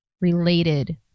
related